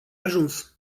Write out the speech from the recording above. ajuns